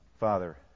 Father